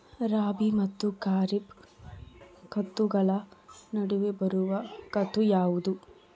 ರಾಬಿ ಮತ್ತು ಖಾರೇಫ್ ಋತುಗಳ ನಡುವೆ ಬರುವ ಋತು ಯಾವುದು?